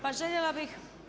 Pa željela bih